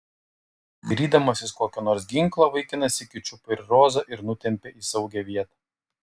dairydamasis kokio nors ginklo vaikinas sykiu čiupo ir rozą ir nutempė į saugią vietą